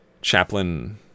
Chaplin